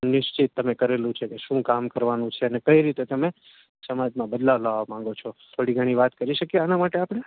નિશ્ચિત તમે કરેલું છે કે શું કામ કરવાનું છે અને કઈ રીતે તમે સમાજમાં બદલાવ લાવવા માગો છો થોડી ઘણી વાત કરી શકીએ આનાં માટે આપણે